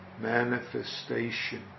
manifestation